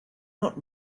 not